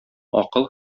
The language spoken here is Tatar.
акыл